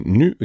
nu